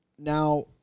Now